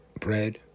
bread